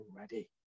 ready